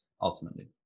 ultimately